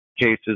cases